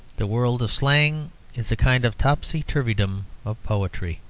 the world of slang is a kind of topsy-turveydom of poetry,